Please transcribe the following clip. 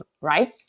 right